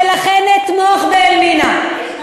ולכן אתמוך ב"אלמינא".